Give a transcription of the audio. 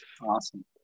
awesome